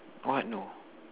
what no